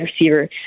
receiver